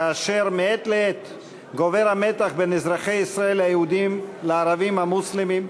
כאשר מעת לעת גובר המתח בין אזרחי ישראל היהודים לערבים המוסלמים,